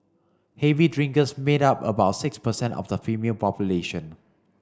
heavy drinkers made up about six percent of the female population